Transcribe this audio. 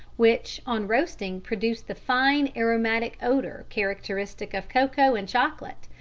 which on roasting produce the fine aromatic odour characteristic of cocoa and chocolate,